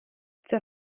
zur